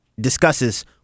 discusses